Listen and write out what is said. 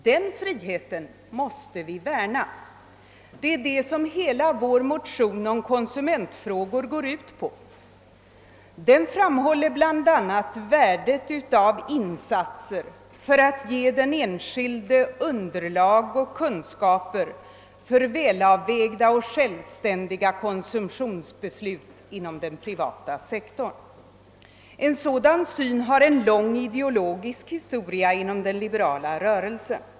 Den friheten måste vi värna. Det är det som vår motion om konsumentfrågor går ut på. Den framhåller bland annat värdet av insatser för att ge den enskilde underlag och kunskaper för väl avvägda och självständiga konsumtionsbeslut inom den privata sektorn. En sådan syn har en lång ideologisk historia inom den liberala rörelsen.